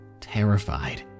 Terrified